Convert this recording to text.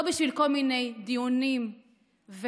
לא בשביל כל מיני דיונים וקרבות